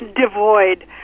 devoid